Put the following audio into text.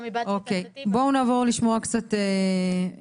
אוקיי, בואו נעבור לשמוע קצת נציגים.